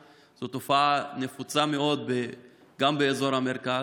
זו תופעה נפוצה מאוד גם באזור המרכז,